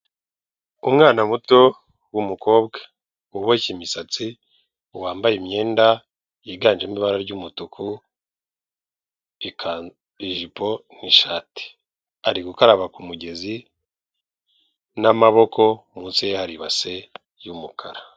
Umwana muto w'umukobwa uboshye imisatsi wambaye imyenda yiganjemo ibara ry'umutu ijipo n'ishati, ari gukaraba k'umugezi n'amaboko munsi hari ibase y'umukara.